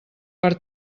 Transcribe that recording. per